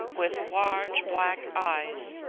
with large black eyes,